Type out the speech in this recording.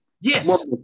Yes